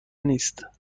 نیست